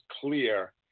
clear